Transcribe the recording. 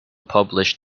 published